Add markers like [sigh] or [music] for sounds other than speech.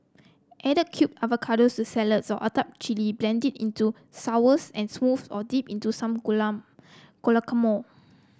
add cubed avocado to salads or atop chilli blend into sours and smoothies or dip into some [unintelligible] guacamole